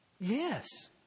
Yes